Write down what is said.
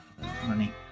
money